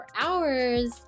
hours